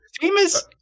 Famous